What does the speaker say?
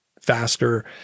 faster